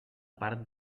part